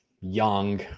young